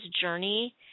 journey